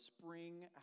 spring